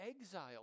exiled